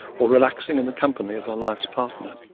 or relaxing in the company of her life's partner?